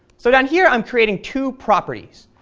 so down here i'm creating two properties.